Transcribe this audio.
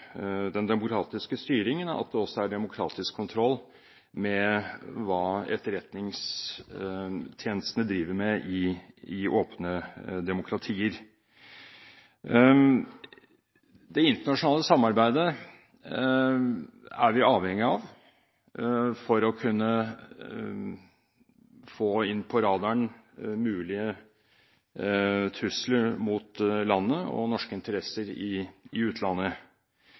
den demokratiske styringen, at det også er demokratisk kontroll med hva etterretningstjenestene driver med i åpne demokratier. Vi er avhengig av det internasjonale samarbeidet for å kunne få inn på radaren mulige trusler mot landet og mot norske interesser i utlandet.